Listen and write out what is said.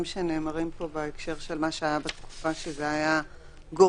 שנאמרים פה בהקשר של מה שהיה בתקופה שזה היה גורף.